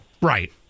Right